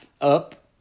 up